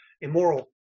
immoral